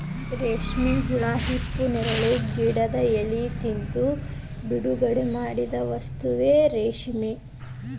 ರೇಶ್ಮೆ ಹುಳಾ ಹಿಪ್ಪುನೇರಳೆ ಗಿಡದ ಎಲಿ ತಿಂದು ಬಿಡುಗಡಿಮಾಡಿದ ವಸ್ತುವೇ ರೇಶ್ಮೆ